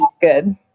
Good